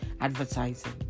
advertising